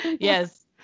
yes